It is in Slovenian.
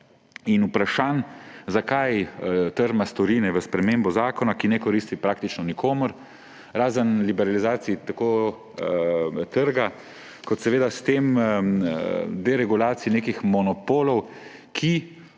in vprašanj, zakaj trmasto rine v spremembo zakona, ki ne koristi praktično nikomur; razen liberalizaciji tako trga kot seveda s tem deregulaciji nekih monopolov, ki